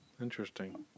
Interesting